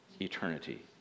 eternity